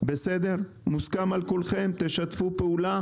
זה מוסכם על כולכם לשתף פעולה?